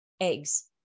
eggs